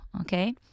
okay